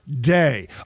day